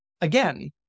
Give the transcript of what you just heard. Again